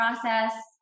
process